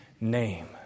name